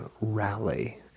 rally